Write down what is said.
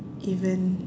even